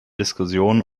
diskussion